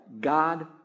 God